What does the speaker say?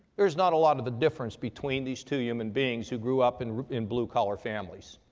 there's not a lot of the difference between these two human beings who grew up and in blue-collar families.